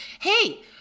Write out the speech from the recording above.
Hey